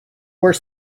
were